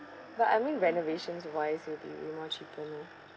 but I mean renovations wise would be more cheaper